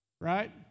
right